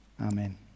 Amen